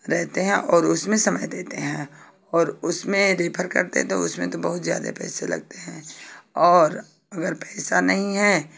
रहते हैं और उसमें समय देते हैं और उसमें रेफेर करते हैं तो उसमें तो बहुत ज्यादे पैसे लगते हैं और अगर पैसा नहीं है